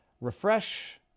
refresh